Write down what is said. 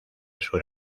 sur